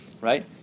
right